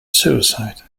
suicide